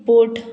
boat